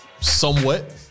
Somewhat